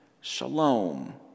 shalom